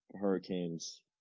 Hurricanes